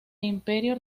imperio